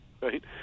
right